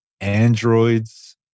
androids